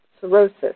cirrhosis